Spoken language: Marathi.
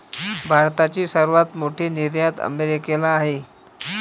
भारताची सर्वात मोठी निर्यात अमेरिकेला आहे